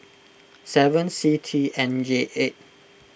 seven C T N J eight